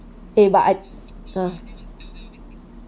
eh but I uh